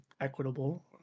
equitable